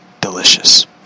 delicious